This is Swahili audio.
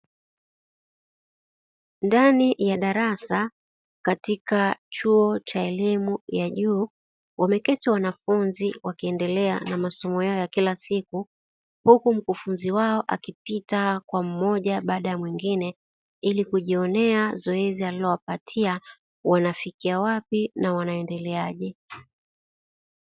Ndani ya darasa katika chuo cha elimu ya juu wameketi wanafunzi wakiendelea na masomo yao ya kila siku, huku mkufunzi wao akipita kwa mmoja baada ya mwingine ili kujionea zoezi alilowapatia wanafikia wapi na wanaendeleaje.